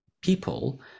people